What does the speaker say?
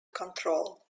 control